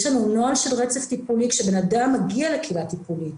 יש לנו נוהל של רצף טיפולי כשבן-אדם מגיע לקהילה טיפולית,